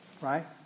Right